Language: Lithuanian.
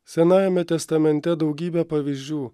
senajame testamente daugybė pavyzdžių